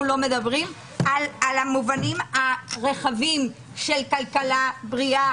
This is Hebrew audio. לא מדברים על המובנים הרחבים של כלכלה בריאה,